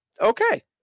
Okay